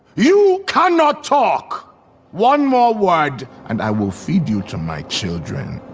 you cannot talk one more word and i will feed you to my children